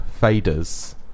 faders